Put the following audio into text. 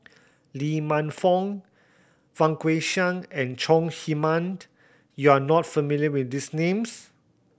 Lee Man Fong Fang Guixiang and Chong Heman you are not familiar with these names